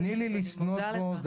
אני מודה לך.